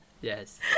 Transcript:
Yes